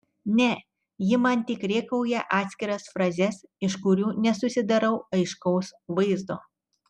ne ji man tik rėkauja atskiras frazes iš kurių nesusidarau aiškaus vaizdo